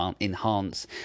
enhance